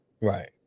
Right